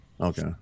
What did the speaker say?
Okay